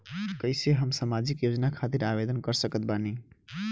कैसे हम सामाजिक योजना खातिर आवेदन कर सकत बानी?